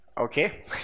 Okay